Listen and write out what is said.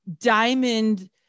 diamond